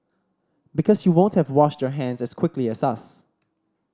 because you won't have washed your hands as quickly as us